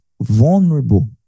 vulnerable